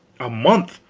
a month!